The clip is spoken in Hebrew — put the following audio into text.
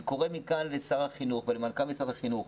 אני קורא מכאן לשר החינוך ולמנכ"ל שר החינוך.